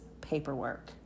paperwork